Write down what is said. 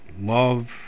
love